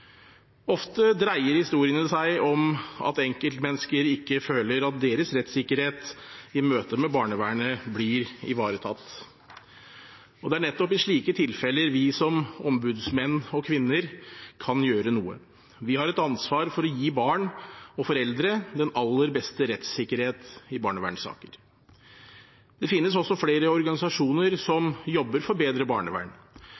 Ofte dreier historiene seg om at enkeltmennesker ikke føler at deres rettssikkerhet i møte med barnevernet blir ivaretatt. Det er nettopp i slike tilfeller vi som ombudsmenn og -kvinner kan gjøre noe. Vi har et ansvar for å gi barn og foreldre den aller beste rettssikkerhet i barnevernssaker. Det finnes også flere organisasjoner